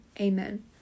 Amen